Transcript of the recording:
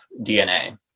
DNA